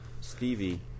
Stevie